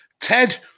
Ted